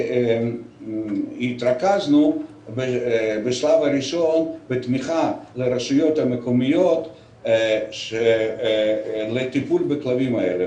התרכזנו בשלב הראשון בתמיכה לרשויות המקומיות לטיפול בכלבים האלה,